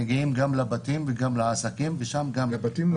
מגיעים גם לבתים וגם לעסקים --- לבתים לא.